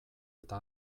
eta